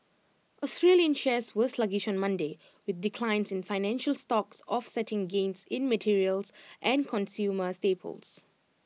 Australian shares were sluggish on Monday with declines in financial stocks offsetting gains in materials and consumer staples